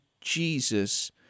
Jesus